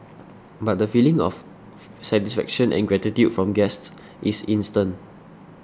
but the feeling of satisfaction and gratitude from guests is instant